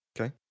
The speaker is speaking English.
Okay